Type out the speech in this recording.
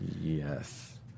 Yes